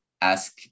ask